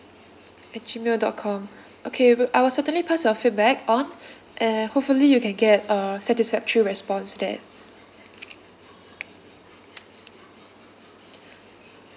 at G mail dot com okay wil~ I will certainly pass your feedback on and hopefully you can get a satisfactory response that